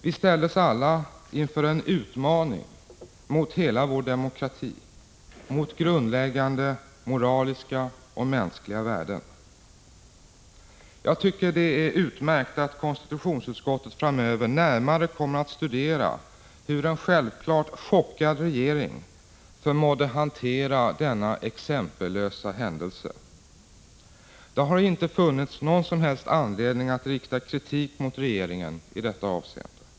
Vi ställdes alla inför en utmaning mot hela vår demokrati, mot grundläggande moraliska och mänskliga värden. Jag tycker att det är utmärkt att konstitutionsutskottet framöver närmare kommer att studera hur en självfallet chockad regering förmådde hantera denna exempellösa händelse. Det har inte funnits någon som helst anledning att rikta kritik mot regeringen i detta avseende.